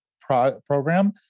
program